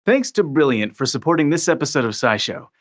thanks to brilliant for supporting this episode of scishow.